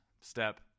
step